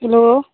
hello